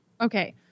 Okay